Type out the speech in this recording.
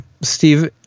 Steve